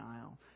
aisle